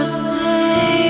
stay